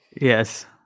Yes